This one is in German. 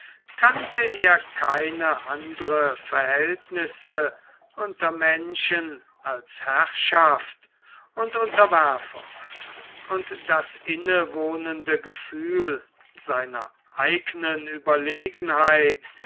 kannte er keine andern verhältnisse unter menschen als herrschaft und unterwerfung und das inwohnende gefühl seiner eignen ueberlegenheit